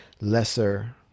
lesser